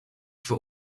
for